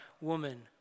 Woman